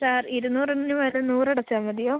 sir ഇരുന്നൂറിന് പകരം നൂറ് അടച്ചാൽ മതിയോ